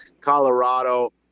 Colorado